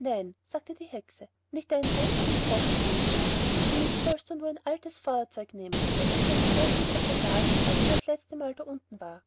nein sagte die hexe nicht einen einzigen groschen will ich haben für mich sollst du nur ein altes feuerzeug nehmen welches meine großmutter vergaß als sie das letzte mal da unten war